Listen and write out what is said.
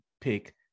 Pick